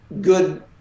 good